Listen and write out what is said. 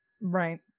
Right